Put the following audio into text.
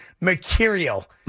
material